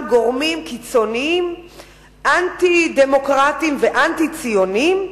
גורמים קיצוניים אנטי-דמוקרטיים ואנטי-ציוניים.